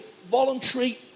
voluntary